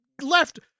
left